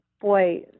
boy